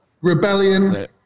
Rebellion